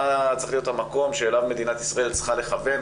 מה צריך להיות המקום שאליו מדינת ישראל צריכה לכוון,